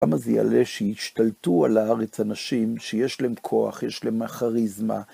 למה זה יעלה שישתלטו על הארץ אנשים שיש להם כוח, יש להם כריזמה?